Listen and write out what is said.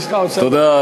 יש לך עוד, כן, תודה.